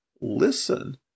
listen